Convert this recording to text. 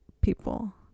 people